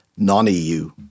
non-EU